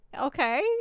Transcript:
Okay